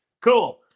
cool